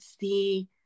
see